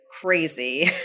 crazy